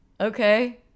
Okay